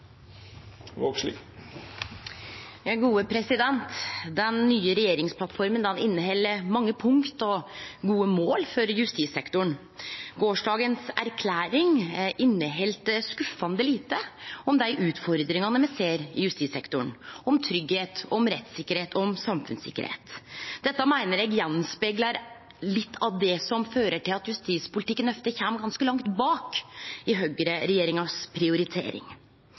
og gode mål for justissektoren. Erklæringa frå i går inneheldt skuffande lite om dei utfordringane me ser i justissektoren – om tryggleik, om rettssikkerheit og om samfunnssikkerheit. Dette meiner eg speglar av litt av det som fører til at justispolitikken ofte kjem ganske langt bak i høgreregjeringa si prioritering.